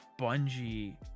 bungie